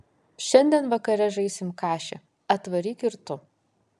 šiandien vakare žaisim kašį atvaryk ir tu